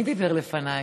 מי דיבר לפניי?